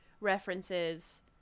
references